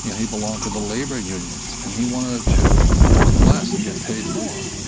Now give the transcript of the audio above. yeah he belonged to the labor unions, and he wanted to work less and get paid more.